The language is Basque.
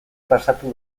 pasatu